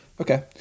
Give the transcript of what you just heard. Okay